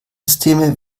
systeme